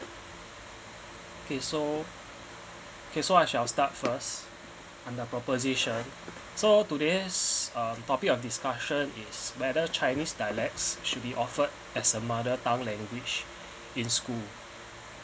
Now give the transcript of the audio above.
okay so K so I shall start first under proposition so todays uh topic of discussion is whether chinese dialects should be offered as a mother tongue language in school